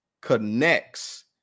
connects